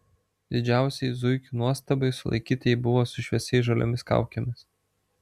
didžiausiai zuikių nuostabai sulaikytieji buvo su šviesiai žaliomis kaukėmis